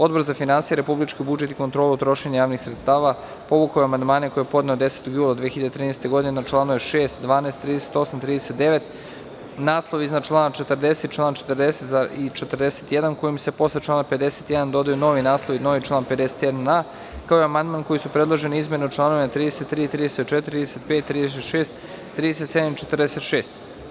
Odbor za finansije, republički budžet i kontrolu trošenja javnih sredstava povukao je amandmane koje je podneo 10. jula 2013. godine na članove 6, 12, 38, 39, naslov iznad člana 40. i član 40. i 41. kojim se posle člana 51. dodaju novi naslovi i novi član 51a, kao i amandman kojim su predložene izmene u članovima 33, 34, 35, 36, 37. i 46.